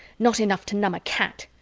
not enough to numb a cat.